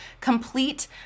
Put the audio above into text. complete